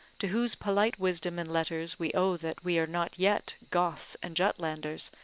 to whose polite wisdom and letters we owe that we are not yet goths and jutlanders,